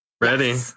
Ready